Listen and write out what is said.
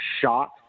shot